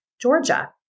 Georgia